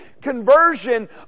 conversion